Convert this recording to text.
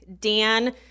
Dan